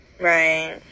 Right